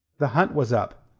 the hunt was up.